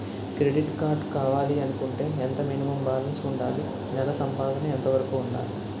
Credit card కావాలి అనుకుంటే ఎంత మినిమం బాలన్స్ వుందాలి? నెల సంపాదన ఎంతవరకు వుండాలి?